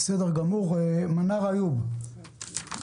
מנאר איוב, בבקשה.